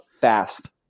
fast